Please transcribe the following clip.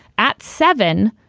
at seven,